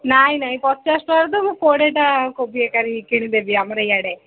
ନାଇଁ ନାଇଁ ପଚାଶ ଟଙ୍କାରେ ତ ମୁଁ କୋଡ଼ିଏଟା କୋବି ଏକା ବେଳେକେ କିଣି ଦେବି ଆମର ଇୟାଡ଼େ